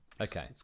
Okay